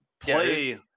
play –